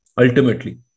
ultimately